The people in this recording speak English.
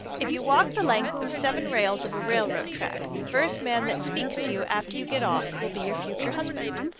if you walk the length of seven rails of a railroad track, the first man that speaks to you after you get off will be your future husband.